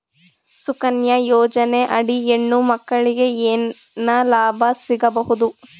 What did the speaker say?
ಸುಕನ್ಯಾ ಯೋಜನೆ ಅಡಿ ಹೆಣ್ಣು ಮಕ್ಕಳಿಗೆ ಏನ ಲಾಭ ಸಿಗಬಹುದು?